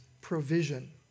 provision